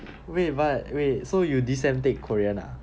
wait but wait so you this sem take korean ah